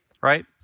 Right